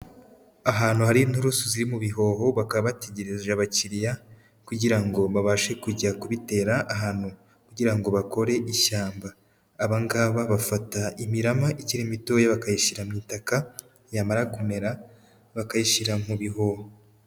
Ahantu hari inturusu ziri mu bihoho bakaba bategereje abakiriya kugira ngo babashe kujya kubitera ahantu kugira ngo bakore ishyamba. Aba ngaba bafata imirama ikiri mitoya bakayishyira mu itaka yamara kumera bakayishyira mu bihoho.